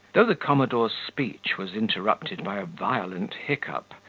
though the commodore's speech was interrupted by a violent hiccup,